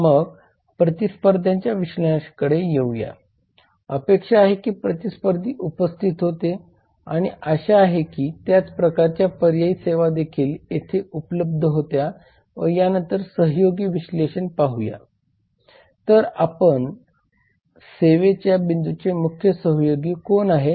मग प्रतिस्पर्ध्यांच्या विश्लेषणाकडे येऊया अपेक्षा आहे कि प्रतिस्पर्धी उपस्थित होते आणि आशा आहे की त्याच प्रकारच्या पर्यायी सेवा देखील तेथे उपलब्ध होत्या व यांनतर सहयोगी विश्लेषण पाहूया तर आपल्या सेवा बिंदूचे मुख्य सहयोगी कोण आहेत